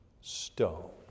stone